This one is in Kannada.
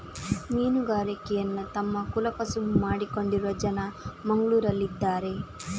ಮೀನುಗಾರಿಕೆಯನ್ನ ತಮ್ಮ ಕುಲ ಕಸುಬು ಮಾಡಿಕೊಂಡಿರುವ ಜನ ಮಂಗ್ಳುರಲ್ಲಿ ಇದಾರೆ